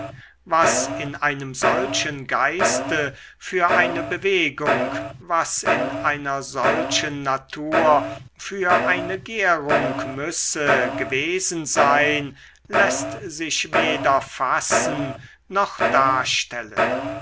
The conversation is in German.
was in einem solchen geiste für eine bewegung was in einer solchen natur für eine gärung müsse gewesen sein läßt sich weder fassen noch darstellen